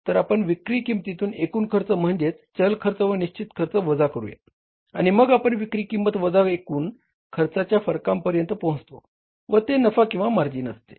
तर आपण विक्री किमतीतून एकूण खर्च म्हणजेच चल खर्च व निश्चित खर्च वजा करूया आणि मग आपण विक्री किंमत वजा एकूण खर्चाच्या फरकापर्यंत पोहचतो व ते नफा किंवा मार्जिन असते